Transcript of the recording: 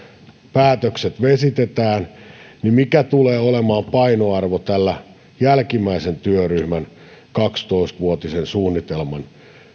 päätökset vesitetään niin mikä tulee olemaan painoarvo tällä jälkimmäisen työryhmän kaksitoista vuotisen suunnitelman